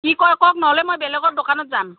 কি কৰে কওক নহ'লে মই বেলেগৰ দোকানত যাম